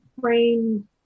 frame